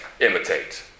imitate